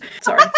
Sorry